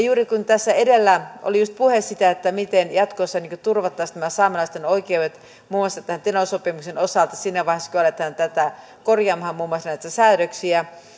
juuri tässä edellä oli puhe siitä miten jatkossa turvattaisiin nämä saamelaisten oikeudet muun muassa tämän teno sopimuksen osalta siinä vaiheessa kun aletaan korjaamaan muun muassa näitä säädöksiä